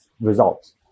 results